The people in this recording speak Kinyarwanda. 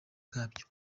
kabyo